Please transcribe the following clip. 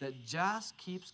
that just keeps